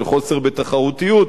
של חוסר בתחרותיות.